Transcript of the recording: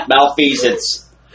malfeasance